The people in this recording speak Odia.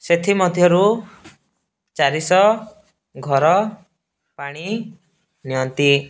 ସେଥିମଧ୍ୟରୁ ଚାରିଶହ ଘର ପାଣି ନିଅନ୍ତି